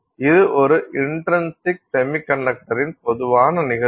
இது ஒரு இன்ட்ரின்சிக் செமிகண்டக்டரின் பொதுவான நிகழ்வு